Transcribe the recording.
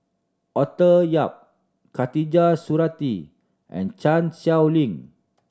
Arthur Yap Khatijah Surattee and Chan Sow Lin